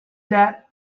that